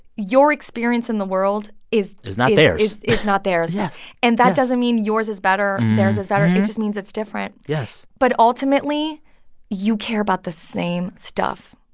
your experience in the world. is is not theirs. is not theirs yes and that doesn't mean yours is better, theirs is better. it just means it's different yes but ultimately you care about the same stuff.